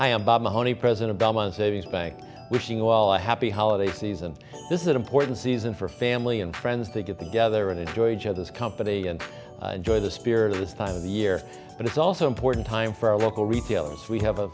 i am bob mahoney president obama savings bank wishing well a happy holiday season this is an important season for family and friends to get together and enjoy each other's company and enjoy the spirit of this time of the year but it's also important time for our local retailers we have a